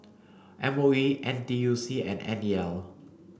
M O E N T U C and N E L